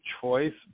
choice